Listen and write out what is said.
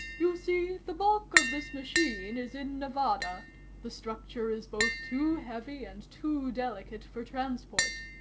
you see, the bulk of this machine is in nevada the structure is both too heavy and too delicate for transport.